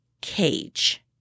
cage